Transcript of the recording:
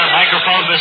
microphone